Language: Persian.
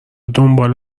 دنبال